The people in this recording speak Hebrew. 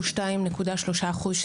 הוא 2.3 אחוזים,